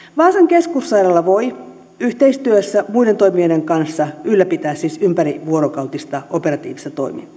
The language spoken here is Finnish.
vaasan keskussairaala voi yhteistyössä muiden toimijoiden kanssa ylläpitää siis ympärivuorokautista operatiivista